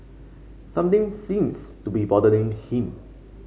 something seems to be bothering him